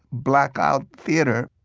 blackout theater,